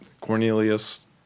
Cornelius